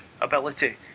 ability